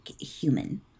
human